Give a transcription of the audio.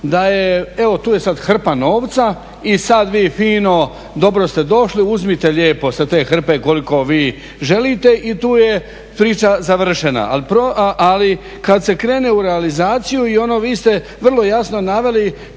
da je, evo tu je sad hrpa novca i sad vi fino dobro ste došli, uzmite lijepo sa te hrpe koliko vi želite i tu je priča završena. Ali, kad se krene u realizaciju i ono vi ste vrlo jasno naveli